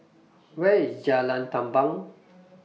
Where IS Jalan Tamban